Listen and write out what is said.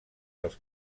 dels